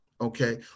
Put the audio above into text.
Okay